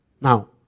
Now